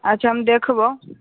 अच्छा हम देखबौ